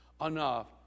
enough